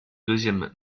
deuxième